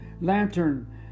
lantern